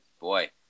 boy